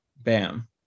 bam